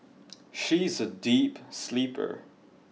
she is a deep sleeper